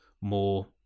more